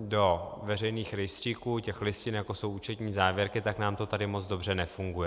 do veřejných rejstříků listin, jako jsou účetní závěrky, tak nám to tady moc dobře nefunguje.